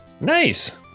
Nice